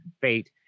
Fate